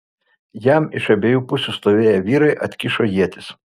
jam iš abiejų pusių stovėję vyrai atkišo ietis